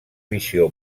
visió